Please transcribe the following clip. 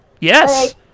yes